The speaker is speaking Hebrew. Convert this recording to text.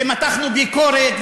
ומתחנו ביקורת,